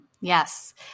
Yes